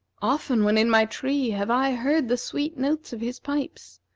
often, when in my tree, have i heard the sweet notes of his pipes.